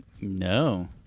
No